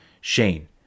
Shane